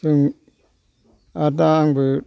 जों आरो दा आंबो